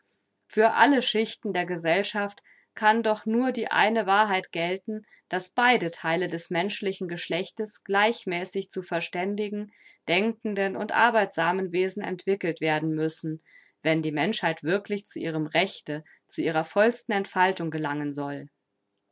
für alle schichten der gesellschaft kann doch nur die eine wahrheit gelten daß beide theile des menschlichen geschlechtes gleichmäßig zu verständigen denkenden und arbeitsamen wesen entwickelt werden müssen wenn die menschheit wirklich zu ihrem rechte zu ihrer vollsten entfaltung gelangen soll